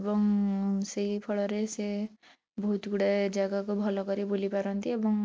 ଏବଂ ସେହିଫଳରେ ସେ ବହୁତ ଗୁଡ଼ାଏ ଜାଗାକୁ ଭଲ କରି ବୁଲିପାରନ୍ତି ଏବଂ